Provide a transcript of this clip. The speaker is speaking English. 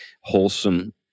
wholesome